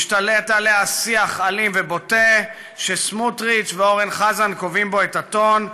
השתלט עליה שיח אלים ובוטה שסמוטריץ ואורן חזן קובעים בו את הטון,